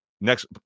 next